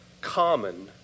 common